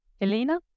Elena